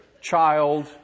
child